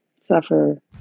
suffer